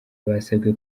basabwe